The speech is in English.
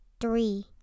Three